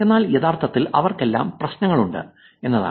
എന്നാൽ യഥാർത്ഥത്തിൽ അവർക്കെല്ലാം പ്രശ്നങ്ങളുമുണ്ട് എന്നതാണ്